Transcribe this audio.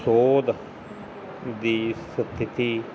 ਸੋਧ ਦੀ ਸਥਿਤੀ